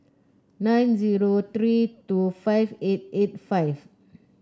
nine zero three two five eight eight five